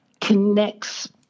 connects